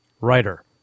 writer